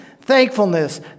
thankfulness